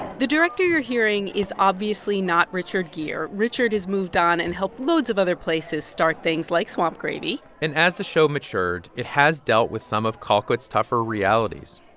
the director you're hearing is obviously not richard geer. richard has moved on and helped loads of other places start things like swamp gravy. and as the show matured, it has dealt with some of colquitt's tougher realities.